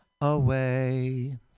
away